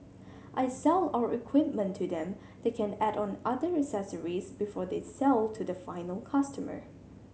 I sell our equipment to them they can add on other accessories before they sell to the final customer